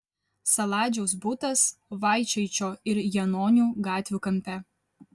saladžiaus butas vaičaičio ir janonių gatvių kampe